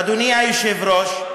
אדוני היושב-ראש,